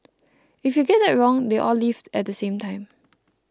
if you get that wrong they all leave at the same time